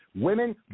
Women